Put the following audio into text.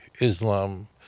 Islam